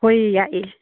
ꯍꯣꯏ ꯌꯥꯏꯌꯦ